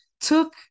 took